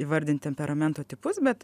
įvardint temperamento tipus bet